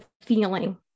feeling